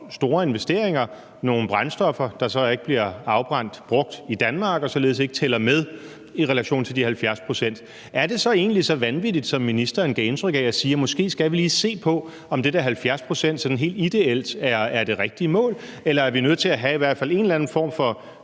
at fremstille nogle brændstoffer, der så ikke bliver brugt i Danmark og således ikke tæller med i de 70 pct. Er det så egentlig så vanvittigt, som ministeren gav indtryk af, at sige, at vi måske lige skal se på, om det der 70-procentsmål ideelt set er det helt rigtige mål? Eller er vi nødt til at have i hvert fald en eller anden form for